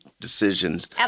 decisions